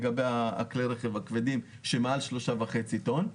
לגבי כלי הרכב הכבדים מעל 3.5 טון.